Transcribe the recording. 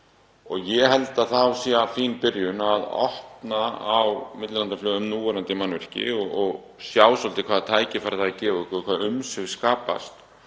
Ég held að þá sé fín byrjun að opna á millilandaflug um núverandi mannvirki og sjá svolítið hvaða tækifæri það mun gefa okkur, hvaða umsvif skapast.